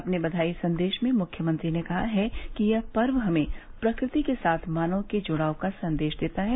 अपने बधाई संदेश में मुख्यमंत्री ने कहा है कि यह पर्व हमें प्रकृति के साथ मानव के जुड़ाव का संदेश देता है